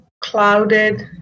clouded